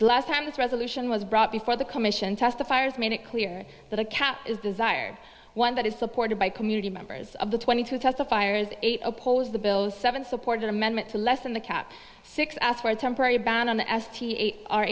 the last time this resolution was brought before the commission testifiers made it clear that a cap is desired one that is supported by community members of the twenty two thousand fires eight oppose the bill seven support an amendment to lessen the cap six ask for a temporary ban on the s t